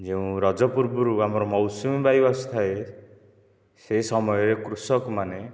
ଯେଉଁ ରଜ ପୂର୍ବରୁ ଆମର ମୌସୁମୀ ବାୟୁ ଆସି ଥାଏ ସେ ସମୟରେ କୃଷକମାନେ